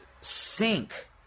sink